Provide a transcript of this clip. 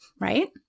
right